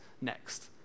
next